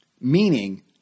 meaning